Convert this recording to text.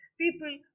people